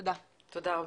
תודה רבה.